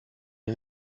der